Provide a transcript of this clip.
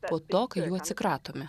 po to kai atsikratome